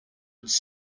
its